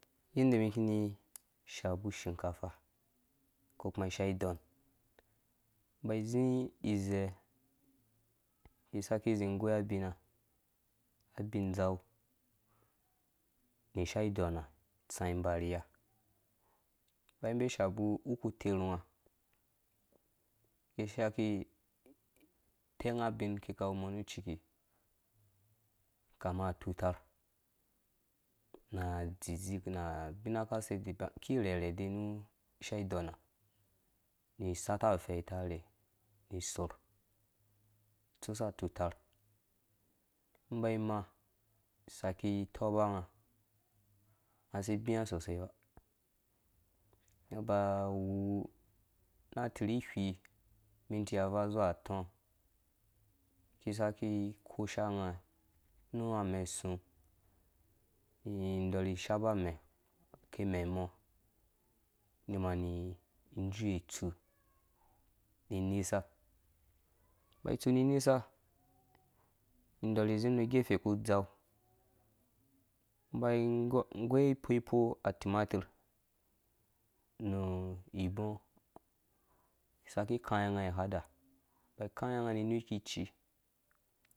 Yenda mɛn kini shapu ushinkafa ko kuma ishaa idong mba zi izɛ mi saki zĩ goi abina abin dzau nu ishaa dɔrha tsã mba ni iya mba be shabu wuku terhu nga ki saki tɛng abin kika we mɔ nu ciki leama etuterh na azizdzi na abina ka sei ki rherhe dei ni ishaa didɔnha ni sata afɛha tsusa at atutarh mi ba imaa saki tɔba nga nga si bia sosei ba nga ba wu na tirhi whi minti avaa zuwa ati mi saki kosha nga nu amɛ sũ ni ɔrhi shapa amɛ ke mɛɛ mɔ ni mani juye tsu ni nusa tsu mba tsu ni nusa ni ɔrhi zim nu gefe kpu dzau mba igoi ipoipoo atimatirh nu ibɔ saki kai nga hada ba kai nga nui ki cii.